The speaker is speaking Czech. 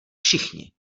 všichni